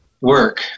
work